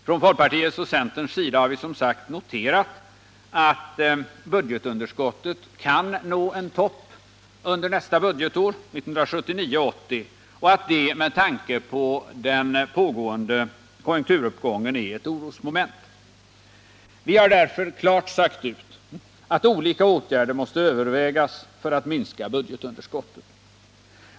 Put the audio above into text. Från folkpartiets och centerns sida har vi som sagt noterat att budgetunderskottet kan nå en topp under budgetåret 1979/80 och att det med tanke på konjunkturuppgången är ett orosmoment. Vi har därför klart sagt ut att olika åtgärder måste övervägas för att minska budgetunderskottet.